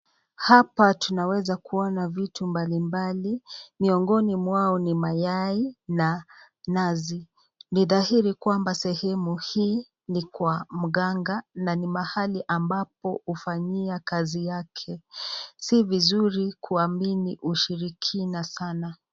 hapa tunaweza kuona vitu mbalimbali miongoni mwao ni mayai na nazi ni dhahiri kwamba ni sehemu hii ni kwa mganga na ni mahali ambapo ufanyia kazi yake si vizuri kuamini ushirikina sana.